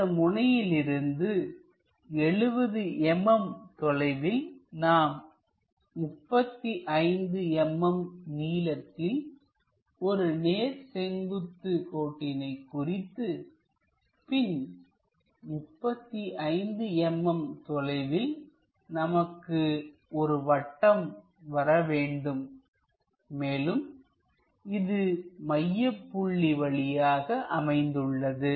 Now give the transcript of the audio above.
இந்த முனையிலிருந்து 70 mm தொலைவில் நாம் 35 mm நீளத்தில் ஒரு நேர் செங்குத்து கோட்டினை குறித்து பின் 35 mm தொலைவில் நமக்கு ஒரு வட்டம் வரவேண்டும் மேலும் இது மையப்புள்ளி வழியாக அமைந்துள்ளது